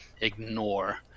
ignore